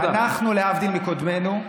אנחנו, להבדיל מקודמינו,